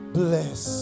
bless